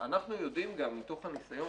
אנחנו יודעים גם מתוך הניסיון,